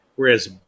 Whereas